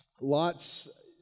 Lot's